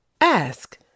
ask